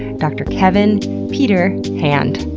dr. kevin peter hand.